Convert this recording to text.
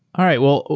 all right. well,